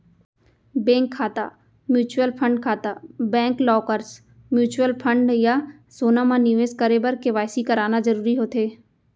bank खाता, mutual fund खाता, bank lockers, mutual fund या सोना म निवेस करे बर के.वाई.सी कराना जरूरी होथे